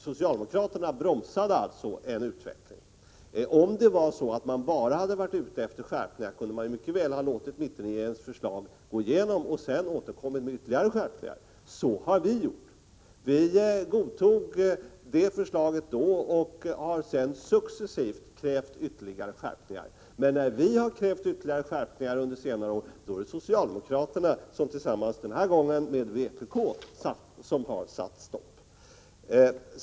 Socialdemokraterna bromsade alltså en utveckling. Om man bara hade varit ute efter skärpningar kunde man mycket väl ha låtit mittenregeringens förslag gå igenom och sedan återkommit med förslag till ytterligare skärpningar. Så har vi gjort. Vi godtog det förslaget då och har sedan successivt krävt ytterligare skärpningar. Men när vi har krävt ytterligare skärpningar under senare år, då är det socialdemokraterna som — den här gången tillsammans med vpk — har satt stopp.